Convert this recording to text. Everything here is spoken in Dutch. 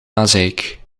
maaseik